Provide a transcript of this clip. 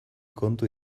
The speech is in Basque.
kontu